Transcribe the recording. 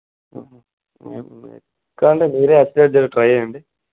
okay కావాలంటే మీరే వచ్చేటట్టు ట్రై చేయండి